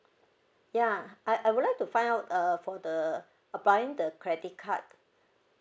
ya I I would like to find uh for the applying the credit card